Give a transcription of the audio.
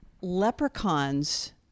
leprechauns